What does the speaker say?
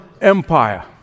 Empire